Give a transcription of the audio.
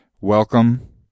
Welcome